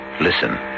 Listen